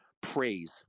praise